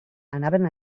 anaven